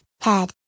Head